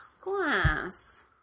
glass